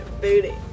booty